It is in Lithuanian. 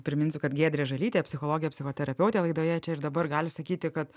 priminsiu kad giedrė žalytė psichologė psichoterapeutė laidoje čia ir dabar gali sakyti kad